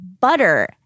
Butter